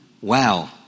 Wow